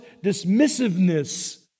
dismissiveness